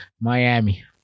Miami